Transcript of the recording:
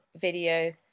video